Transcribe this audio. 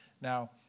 Now